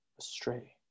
astray